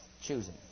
Choosing